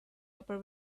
upper